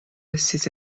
estis